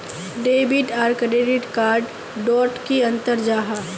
Debit आर credit card डोट की अंतर जाहा?